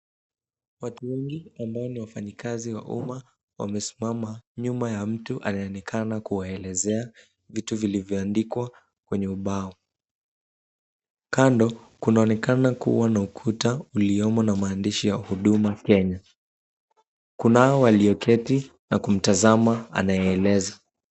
Watu wengi ambao ni wafanyikazi wa umma wamesimama nyuma ya mtu anaonekana kuwaelezea vitu vilivyoandikwa kwenye ubao. Kando kunaonekana kuwa na ukuta uliomo na maandishi ya huduma Kenya. Kunao walioketi na kumtazama anayeeleza.